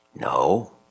No